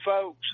folks